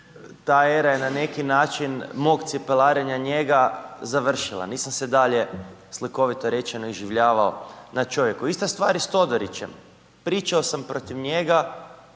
ta era je na neki način mog cipelarenja njega završila, nisam se dalje slikovito rečeno iživljavao na čovjeku. Ista stvar je s Todorićem, pričao sam protiv njega